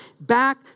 back